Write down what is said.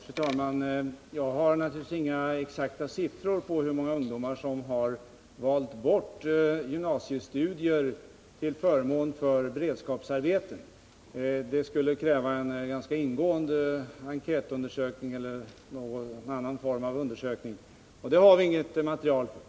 Fru talman! Jag har naturligtvis inga exakta siffror på hur många ungdomar som har valt bort gymnasiestudier till förmån för beredskapsarbete. Det skulle kräva en ganska ingående enkätundersökning eller någon annan form av undersökning. Något sådant material har vi inte.